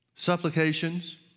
supplications